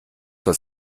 zur